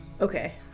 Okay